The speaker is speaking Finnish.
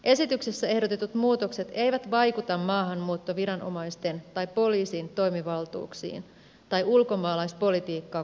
esityksessä ehdotetut muutokset eivät vaikuta maahanmuuttoviranomaisten tai poliisin toimivaltuuksiin tai ulkomaalaispolitiikkaa koskeviin linjauksiin